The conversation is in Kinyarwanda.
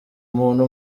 muntu